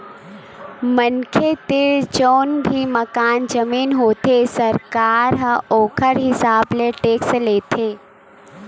मनखे तीर जउन भी मकान, जमीन होथे सरकार ह ओखर हिसाब ले टेक्स लेथे